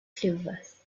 clovers